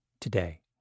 today